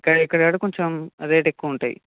ఇక్కడే ఇక్కడ కాబట్టి కొంచెం రేటెక్కువుంటాయి